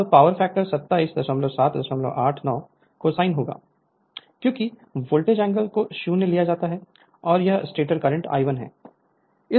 अब power factor 27789 cosine होगा क्योंकि वोल्टेज एंगल को 0 लिया जाता है और यह स्टेटर करंट I1 है